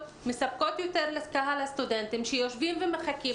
מספקות יותר לקהל הסטודנטים שיושבים ומחכים.